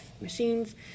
machines